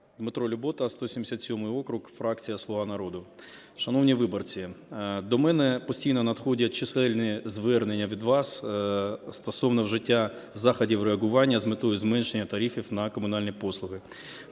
Дмитро Любота, 177 округ, фракція "Слуга народу". Шановні виборці, до мене постійно надходять чисельні звернення від вас стосовно вжиття заходів реагування з метою зменшення тарифів на комунальні послуги.